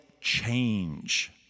Change